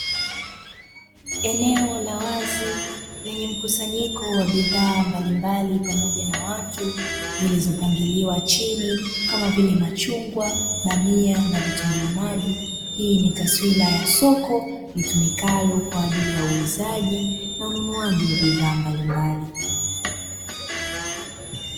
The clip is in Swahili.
Eneo la wazi lenye mkusanyiko wa bidhaa mbalimbali pamoja na watu, zilizopangiliwa chini kama vile: machungwa, bamia na vitunguu maji. Hii ni taswira ya soko litumikalo kwa ajili ya uuzaji na ununuaji wa bidhaa mbalimbali.